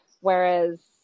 Whereas